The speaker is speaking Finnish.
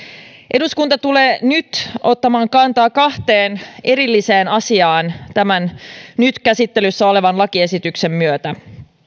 eduskunta tulee nyt ottamaan kantaa kahteen erilliseen asiaan tämän nyt käsittelyssä olevan lakiesityksen myötä